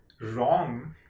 wrong